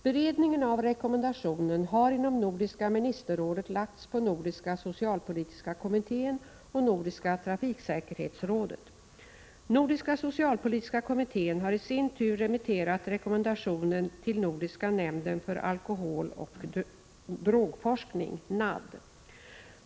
Beredningen av rekommendationen har inom Nordiska ministerrådet lagts på Nordiska socialpolitiska kommittén och Nordiska trafiksäkerhetsrådet. Nordiska socialpolitiska kommittén har i sin tur remitterat rekommendationen till Nordiska nämnden för alkoholoch drogforskning, NAD.